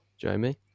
Jamie